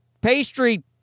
pastry